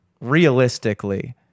realistically